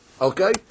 okay